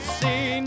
see